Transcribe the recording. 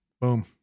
Boom